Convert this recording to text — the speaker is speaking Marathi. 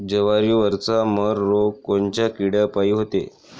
जवारीवरचा मर रोग कोनच्या किड्यापायी होते?